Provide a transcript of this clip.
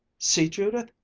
see, judith,